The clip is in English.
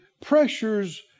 pressures